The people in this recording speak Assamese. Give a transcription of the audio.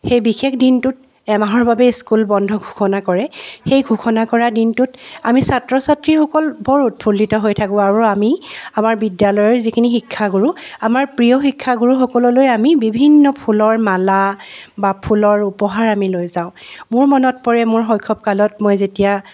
সেই বিশেষ দিনটোত এমাহৰ বাবে স্কুল বন্ধ ঘোষণা কৰে সেই ঘোষণা কৰা দিনটোত আমি ছাত্ৰ ছাত্ৰীসকল বৰ উৎফুল্লিত হৈ থাকো আৰু আমি আমাৰ বিদ্যালয়ৰ যিখিনি শিক্ষাগুৰু আমাৰ প্ৰিয় শিক্ষাগুৰুসকললৈ আমি বিভিন্ন ফুলৰ মালা বা ফুলৰ উপহাৰ আমি লৈ যাওঁ মোৰ মনত পৰে মোৰ শৈশৱকালত মই যেতিয়া